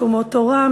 מקומות תורה,